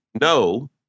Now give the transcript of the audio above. no